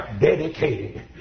dedicated